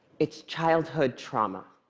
it's childhood trauma.